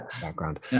Background